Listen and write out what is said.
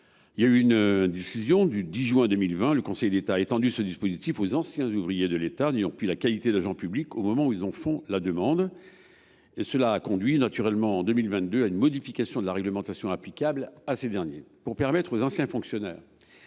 Par une décision du 10 juin 2020, le Conseil d’État a étendu ce dispositif aux anciens ouvriers de l’État n’ayant plus la qualité d’agent public au moment où ils en font la demande, ce qui a conduit, en 2022, à une modification de la réglementation applicable à ces derniers. Pour permettre aux anciens fonctionnaires